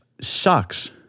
sucks